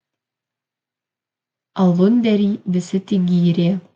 alunderį visi tik gyrė